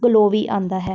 ਗਲੋ ਵੀ ਆਉਂਦਾ ਹੈ